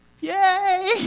Yay